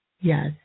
Yes